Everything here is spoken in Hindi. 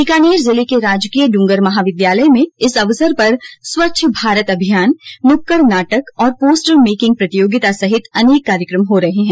बीकानेर जिले के राजकीय ड्रंगर महाविद्यालय में इस अवसर पर स्वच्छ भारत अभियान रैली नुक्कड़ नाटक और पोस्टर मेकिंग प्रतियोगिता सहित अनेक कार्यक्रम हो रहे है